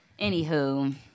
anywho